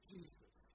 Jesus